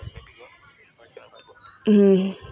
mmhmm